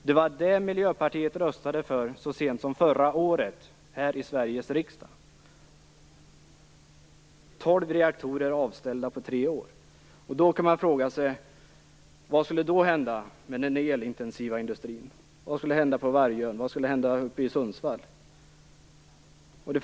Det var det Miljöpartiet röstade för så sent som förra året här i Sveriges riksdag - tolv reaktorer avställda på tre år. Man kan fråga sig vad som då skulle hända med den elintensiva industrin. Vad skulle hända på Vargön? Vad skulle hända uppe i Sundsvall?